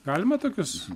galima tokius